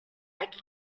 like